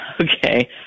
Okay